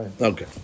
Okay